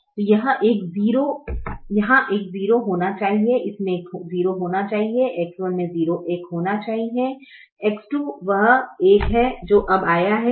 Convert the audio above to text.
तो यह एक 0 यहाँ होना चाहिए इसमें एक 0 होना चाहिए X1 में 0 1 होना चाहिए X2 वह 1 है जो अब आया है